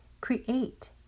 create